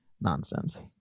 nonsense